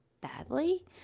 badly